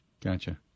Gotcha